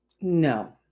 No